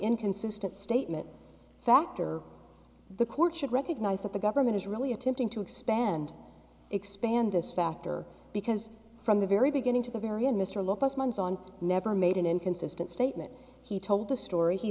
inconsistent statement factor the court should recognize that the government is really attempting to expand expand this factor because from the very beginning to the very end mr lopez months on never made an inconsistent statement he told the story he